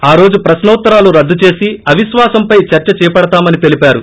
ఆ రోజు ్ ప్రశ్నోత్తరాలు రద్దు చేసి అవిక్వాసంపై చర్చ చేపడతామని తెలిపారు